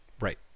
right